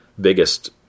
biggest